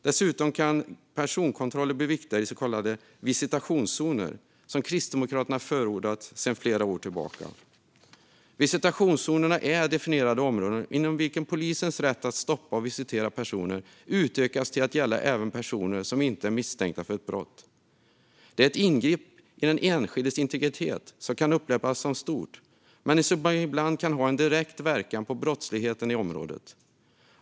Dessutom kan personkontroller bli viktiga i så kallade visitationszoner, som Kristdemokraterna har förordat sedan flera år tillbaka. Visitationszoner är definierade områden inom vilken polisens rätt att stoppa och visitera personer utökas till att gälla även personer som inte är misstänkta för brott. Det är ett ingrepp i den enskildes integritet som kan upplevas som stort, men som ibland kan ha en direkt verkan på brottsligheten i området.